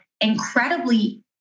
incredibly